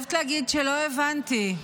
חייבת להגיד שלא הבנתי,